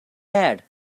had